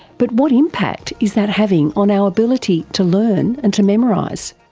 but what impact is that having on our ability to learn and to memorise?